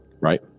Right